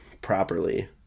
properly